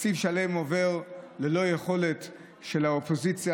תקציב שלם עובר ללא יכולת של האופוזיציה